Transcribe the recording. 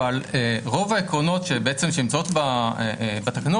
אבל רוב העקרונות שבעצם שנמצאות בתקנות,